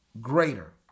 greater